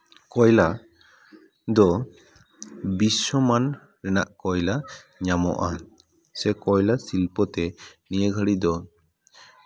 ᱠᱚᱭᱞᱟ ᱫᱚ ᱵᱤᱥᱥᱚᱢᱟᱱ ᱨᱮᱱᱟᱜ ᱠᱚᱭᱞᱟ ᱧᱟᱢᱚᱜᱼᱟ ᱥᱮ ᱠᱚᱭᱞᱟ ᱥᱤᱞᱯᱚ ᱛᱮ ᱱᱤᱭᱟᱹ ᱜᱷᱟᱹᱲᱤ ᱫᱚ